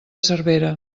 cervera